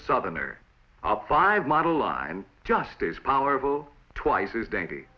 southern or top five model line just as powerful twice as dainty